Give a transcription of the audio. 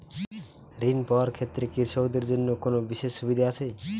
ঋণ পাওয়ার ক্ষেত্রে কৃষকদের জন্য কোনো বিশেষ সুবিধা আছে?